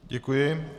Děkuji.